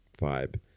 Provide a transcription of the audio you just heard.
vibe